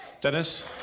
Dennis